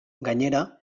gainera